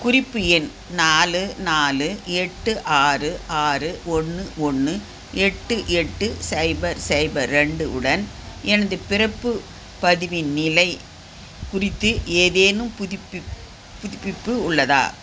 குறிப்பு எண் நாலு நாலு எட்டு ஆறு ஆறு ஒன்று ஒன்று எட்டு எட்டு சைபர் சைபர் ரெண்டு உடன் எனது பிறப்பு பதிவின் நிலை குறித்து ஏதேனும் புதுப்பி புதுப்பிப்பு உள்ளதா